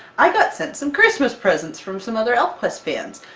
i got sent some christmas presents from some other elfquest fans!